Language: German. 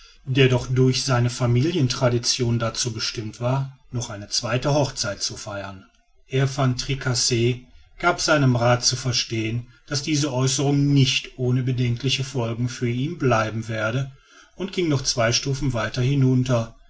der doch durch seine familientraditionen dazu bestimmt war noch eine zweite hochzeit zu feiern herr van tricasse gab seinem rath zu verstehen daß diese aeußerung nicht ohne bedenkliche folgen für ihn bleiben werde und ging noch zwei stufen weiter hinunter